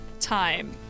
time